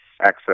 access